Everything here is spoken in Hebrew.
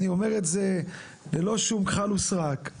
אני אומר את זה ללא שום כחל וסרק,